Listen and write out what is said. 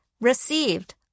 received